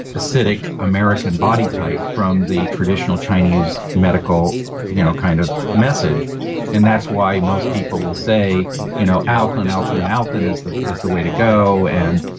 acidic american body type from the traditional chinese medical you know kind of message and that's why most people will say you know alkaline, alkaline, alkaline is the is the way to go and